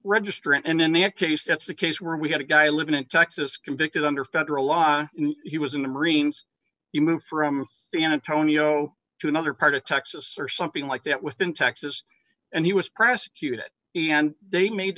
registrant and then that case that's the case where we had a guy living in texas convicted under federal law he was in the marines you moved from san antonio to another part of texas or something like that within texas and he was prosecuted and they made